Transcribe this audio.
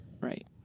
Right